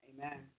Amen